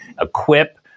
equip